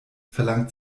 verlangt